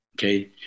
Okay